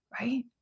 right